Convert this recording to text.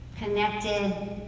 connected